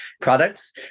products